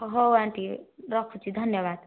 ହେଉ ଆଣ୍ଟି ରଖୁଛି ଧନ୍ୟବାଦ